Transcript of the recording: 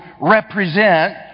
represent